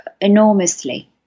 enormously